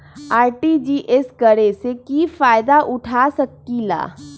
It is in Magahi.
आर.टी.जी.एस करे से की फायदा उठा सकीला?